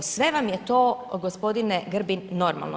Sve vam je to gospodine Grbin normalno.